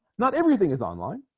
not everything is online